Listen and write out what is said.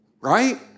Right